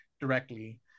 directly